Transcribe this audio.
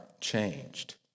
changed